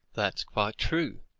that's quite true,